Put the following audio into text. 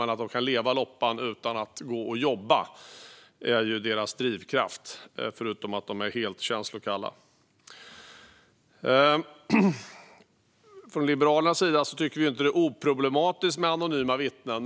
Men att kunna leva loppan utan att gå och jobba är deras drivkraft, förutom att de är helt känslokalla. Från Liberalernas sida tycker vi inte att det är oproblematiskt med anonyma vittnen.